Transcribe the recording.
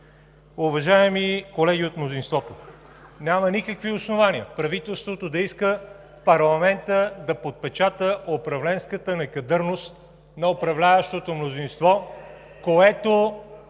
Уважаеми колеги от мнозинството, няма никакви основания правителството да иска парламентът да подпечата управленската некадърност (възгласи от ГЕРБ: „Еее!“) на управляващото мнозинство, което